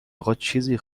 آقاچیزی